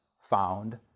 found